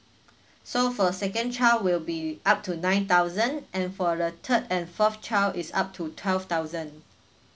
so for second child will be up to nine thousand and for the third and fourth child is up to twelve thousand